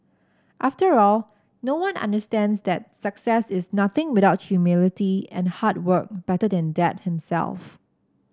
after all no one understands that success is nothing without humility and hard work better than Dad himself